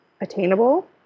attainable